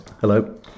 Hello